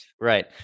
Right